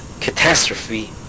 catastrophe